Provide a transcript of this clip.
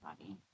body